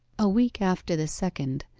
a week after the second,